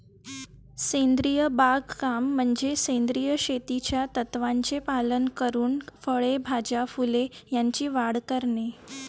सेंद्रिय बागकाम म्हणजे सेंद्रिय शेतीच्या तत्त्वांचे पालन करून फळे, भाज्या, फुले यांची वाढ करणे